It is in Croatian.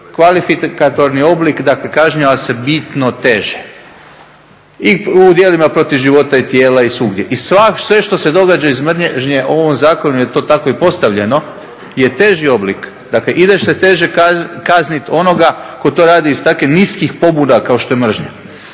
kvalifikatorni oblik dakle kažnjava se bitno teže i u djelima protiv života, tijela i svugdje i sve što se događa iz mržnje u ovom zakonu je to tako i postavljeno je teži oblik, dakle ideš se teže kazniti onoga tko to radi iz takvih niskih pobuda kao što je mržnja.